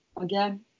again